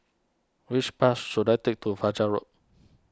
which bus should I take to Fachar Road